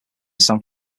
san